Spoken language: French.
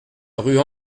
rue